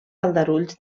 aldarulls